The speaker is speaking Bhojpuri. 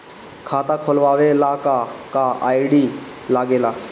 खाता खोलवावे ला का का आई.डी लागेला?